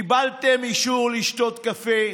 קיבלתם אישור לשתות קפה.